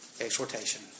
exhortation